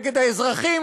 נגד האזרחים,